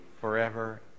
forever